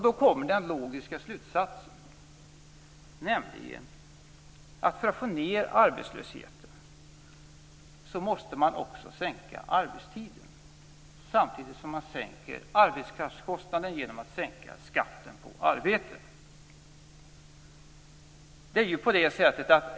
Då kommer den logiska slutsatsen, nämligen att man för att få ned arbetslösheten också måste sänka arbetstiden, samtidigt som man sänker arbetskraftskostnaden genom att sänka skatten på arbete.